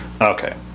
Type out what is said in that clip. Okay